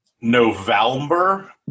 November